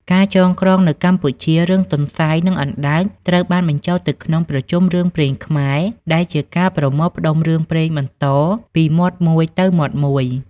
ការចងក្រងនៅកម្ពុជា រឿង ទន្សាយ និងអណ្ដើក ត្រូវបានបញ្ចូលទៅក្នុង ប្រជុំរឿងព្រេងខ្មែរ ដែលជាការប្រមូលផ្ដុំរឿងព្រេងបន្តពីមាត់មួយទៅមាត់មួយ។